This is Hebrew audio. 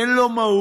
אין לו מהות,